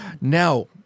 Now